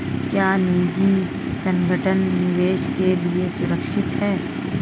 क्या निजी संगठन निवेश के लिए सुरक्षित हैं?